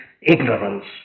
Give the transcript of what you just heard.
ignorance